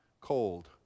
cold